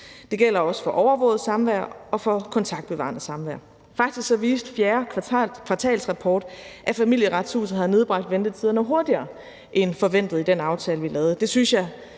Det gælder også for overvåget samvær og for kontaktbevarende samvær. Faktisk viste fjerde kvartalsrapport, at Familieretshuset har nedbragt ventetiderne hurtigere end forventet i den aftale, vi lavede.